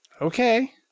Okay